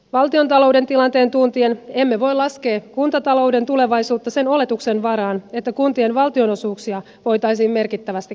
valtiontalouden tilanteen tuntien emme voi laskea kuntatalouden tulevaisuutta sen oletuksen varaan että kuntien valtionosuuksia voitaisiin merkittävästi kasvattaa